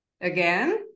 Again